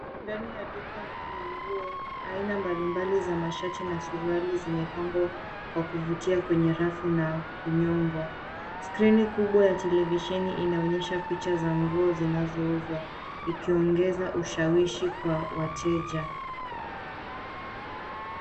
Ndani ya duka la nguo. Aina mbalimbali za masharti na suruali zimepangwa kwa kuvutia kwenye rafu na kunyongwa. Skrini kubwa ya televisheni inaonyesha picha za nguo zinazouzwa ikiongeza ushawishi kwa wateja.